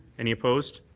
any opposed?